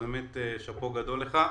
אז באמת שאפו גדול לך.